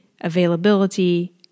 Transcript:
availability